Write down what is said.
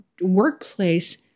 workplace